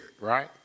right